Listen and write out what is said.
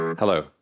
Hello